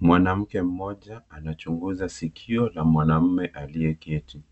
Mwanamke mmoja anachunguza sikio la mwanaume aliyeketi,